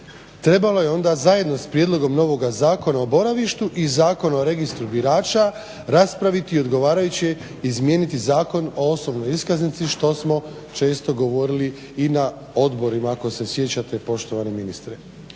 Trebalo je onda zajedno sa prijedlogom novog Zakona o boravištu i Zakona o registru birača raspraviti odgovarajuće i izmijeniti Zakon o osobnoj iskaznici što smo često govorili i na odborima ako se sjećate poštovani ministre.